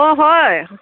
অঁ হয়